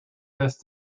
this